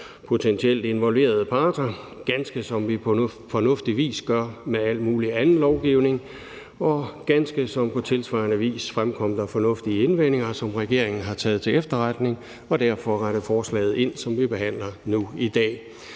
potentielt involverede parter, ganske som vi på fornuftig vis gør med al mulig anden lovgivning, og der fremkom på ganske tilsvarende vis fornuftige indvendinger, som regeringen har taget til efterretning, og regeringen har derfor rettet forslaget, som vi behandler nu i dag,